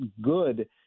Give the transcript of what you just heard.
good